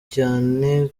cyane